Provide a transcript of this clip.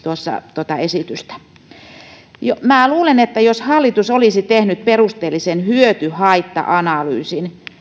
tuota esitystä minä luulen että jos hallitus olisi tehnyt perusteellisen hyöty haitta analyysin